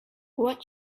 what